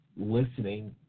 listening